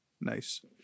nice